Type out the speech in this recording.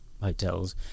hotels